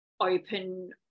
open